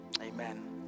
Amen